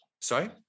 Sorry